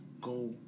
Go